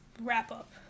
wrap-up